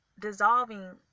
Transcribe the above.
Dissolving